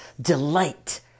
delight